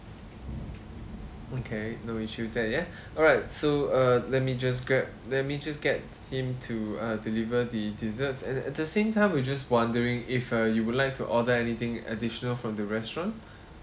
okay no issues there ya alright so uh let me just grab let me just get him to uh deliver the desserts and at the same time we're just wondering if uh you would like to order anything additional from the restaurant